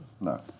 No